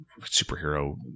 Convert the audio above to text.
superhero